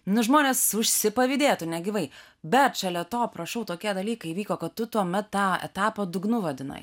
nu žmonės užsipavydėtų negyvai bet šalia to prašau tokie dalykai vyko kad tu tuomet tą etapą dugnu vadinai